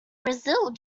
brazil